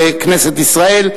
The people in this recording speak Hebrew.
זה כנסת ישראל,